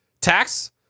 tax